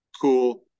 cool